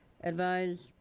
advised